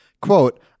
quote